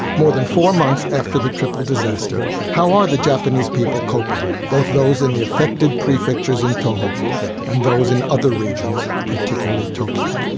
more than four months after the triple disaster, how are the japanese people coping, both those in the affected prefectures in tohoku and those in other regions, particularly tokyo?